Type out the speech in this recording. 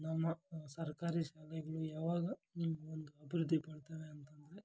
ನಮ್ಮ ಸರ್ಕಾರಿ ಶಾಲೆಗಳು ಯಾವಾಗ ಒಂದು ಅಭಿವೃದ್ದಿ ಪಡ್ತವೆ ಅಂತಂದರೆ